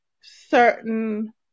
certain